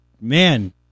man